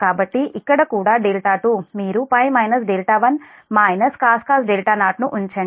కాబట్టి ఇక్కడ కూడా2 మీరు π 1 cos 0 ను ఉంచండి